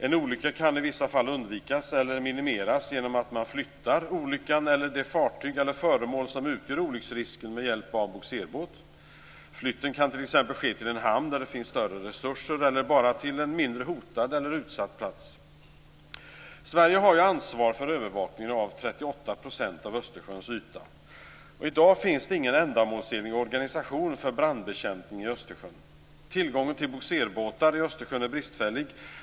En olycka kan i vissa fall undvikas eller minimeras genom att man flyttar det fartyg eller det föremål som utgör olycksrisken med hjälp av bogserbåt. Flytten kan t.ex. ske till en hamn där det finns större resurser eller bara till en mindre hotad eller utsatt plats. Sverige har ansvar för övervakningen av 38 % av Östersjöns yta. I dag finns det ingen ändamålsenlig organisation för brandbekämpning i Östersjön. Tillgången till bogserbåtar i Östersjön är bristfällig.